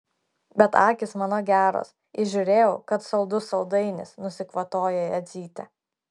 bet akys mano geros įžiūrėjau kad saldus saldainis nusikvatojo jadzytė